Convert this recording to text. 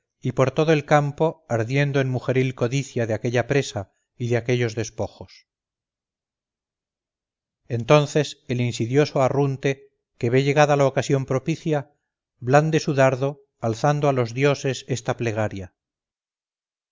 y por todo el campo ardiendo en mujeril codicia de aquella presa y de aquellos despojos entonces el insidioso arrunte que ve llegada la ocasión propicia blande su dardo alzando a los dioses esta plegaria